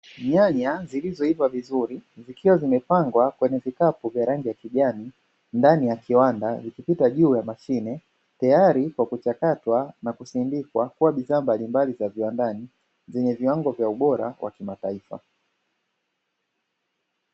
Nyanya zilizoiva vizuri zikiwa zimepangwa kwenye vikapu vya rangi ya kijani ndani ya kiwanda, zikipita juu ya mashine tayari kwa kuchakatwa na kusindikwa kuwa bidhaa mbalimbali za kiwandani, zenye viwango vya bora wa kimataifa.